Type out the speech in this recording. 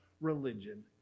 religion